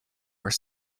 are